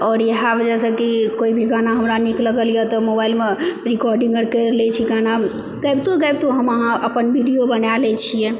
आओर इएह वजहसँ कि कोइ भी गाना हमरा नीक लागैए तऽ मोबाइलमे रिकोर्डिंगो कए लए छी गाना गाबितो गाबितो हम अहाँ अपन वीडियो बना लए छिऐ